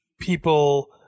people